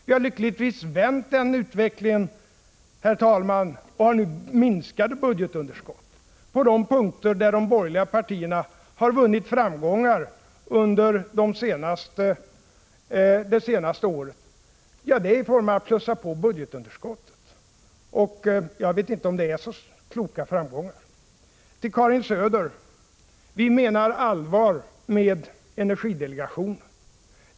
Vi har lyckligtvis, herr talman, vänt utvecklingen och har nu minskade budgetunderskott. På de punkter där de borgerliga partierna har vunnit framgångar under det senaste året, har man plussat på budgetunderskottet. Jag vet inte om det är så kloka framgångar. Till Karin Söder: Jag menar allvar med energidelegationen.